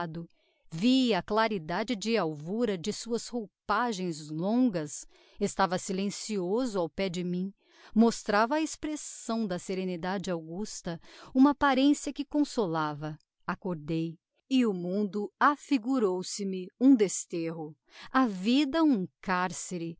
via a claridade de alvura de suas roupagens longas estava silencioso ao pé de mim mostrava a expressão da serenidade augusta uma apparencia que consolava acordei e o mundo affigurou se me um desterro a vida um carcere